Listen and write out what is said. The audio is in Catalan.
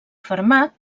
fermat